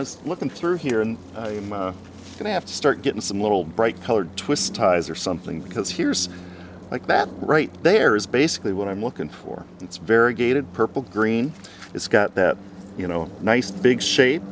see looking through here and then i have to start getting some little bright colored twist ties or something because here's like that right there is basically what i'm looking for it's very gated purple green it's got that you know nice big sha